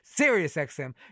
SiriusXM